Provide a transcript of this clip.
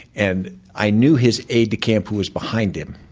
and i knew his aide-de-camp who was behind him.